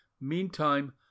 Meantime